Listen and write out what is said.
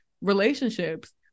relationships